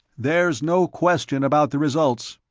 there's no question about the results,